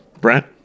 Brent